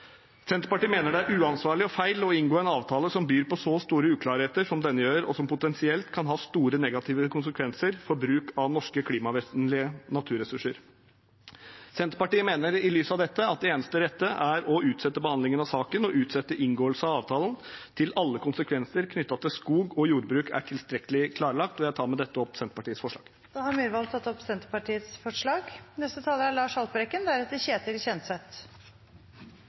Senterpartiet mener det er uansvarlig og feil å inngå en avtale som byr på så store uklarheter som denne gjør, og som potensielt kan ha store negative konsekvenser for bruk av norske klimavennlige naturressurser. Senterpartiet mener i lys av dette at det eneste rette er å utsette behandlingen av saken og utsette inngåelse av avtalen til alle konsekvenser knyttet til skog- og jordbruk er tilstrekkelig klarlagt. Jeg tar med dette opp Senterpartiets forslag. Representanten Ole André Myhrvold har tatt opp det forslaget han refererte til. De klimastreikende elevene har gitt oss marsjordren: Kutt utslippene! Er